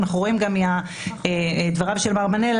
אנחנו גם רואים מדבריו של מר מנלה.